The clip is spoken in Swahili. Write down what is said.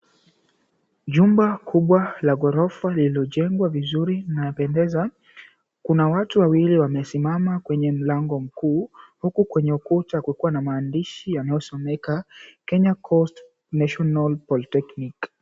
Jumba kubwa la ghorofa lililojengwa vizuri lapendeza, kuna watu wawili wamesimama kwenye mlango mkuu huku kwenye ukuta kukuwa na maandishi yanayosomeka, Kenya Coast National Polytechnic.